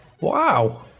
Wow